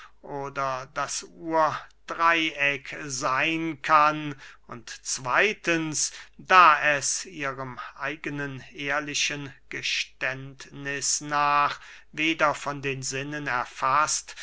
oder das urdreyeck seyn kann und zweytens da es ihrem eigenen ehrlichen geständniß nach weder von den sinnen erfaßt